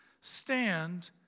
stand